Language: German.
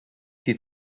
die